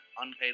unpaid